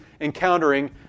encountering